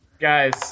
Guys